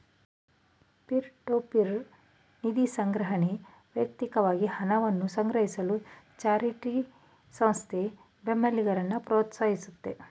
peer to peer ನಿಧಿಸಂಗ್ರಹಣೆ ವ್ಯಕ್ತಿಕವಾಗಿ ಹಣವನ್ನ ಸಂಗ್ರಹಿಸಲು ಚಾರಿಟಿ ಸಂಸ್ಥೆ ಬೆಂಬಲಿಗರನ್ನ ಪ್ರೋತ್ಸಾಹಿಸುತ್ತೆ